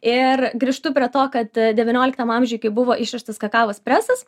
ir grįžtu prie to kad devynioliktam amžiuj kai buvo išrastas kakavos presas